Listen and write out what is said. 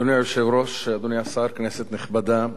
אדוני היושב-ראש, אדוני השר, כנסת נכבדה,